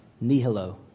nihilo